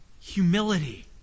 humility